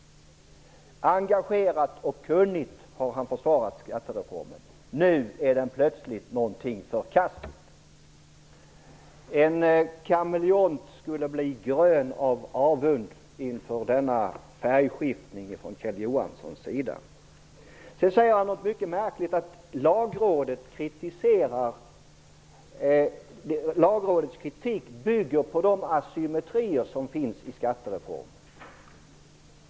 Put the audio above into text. Engagerat och kunnigt har han försvarat den. Nu är den plötsligt någonting förkastligt. En kameleont skulle bli grön av avund inför Kjell Johanssons färgskiftning. Han säger något mycket märkligt, nämligen att Lagrådets kritik bygger på den asymmetri som finns i skattereformen.